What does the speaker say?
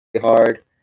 hard